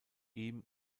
ihm